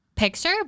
picture